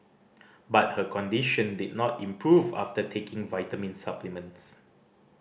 but her condition did not improve after taking vitamin supplements